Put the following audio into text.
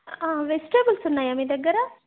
vegetables ఉన్నాయా మీ దగ్గర